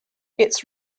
its